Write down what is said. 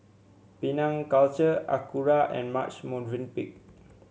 Penang Culture Acura and Marche Movenpick